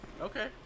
Okay